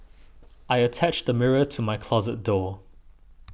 I attached a mirror to my closet door